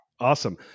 Awesome